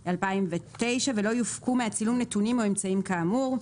התש"ע-2009 ולא יופקו מהצילום נתונים או אמצעים כאמור.